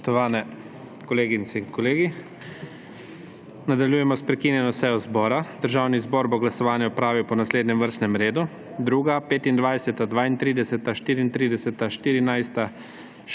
Spoštovani kolegice in kolegi! Nadaljujemo s prekinjeno sejo zbora. Državni zbor bo glasovanje opravil po naslednjem vrstnem redu: 2., 25., 32., 34., 14.,